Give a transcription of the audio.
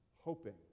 hoping